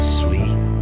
sweet